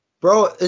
Bro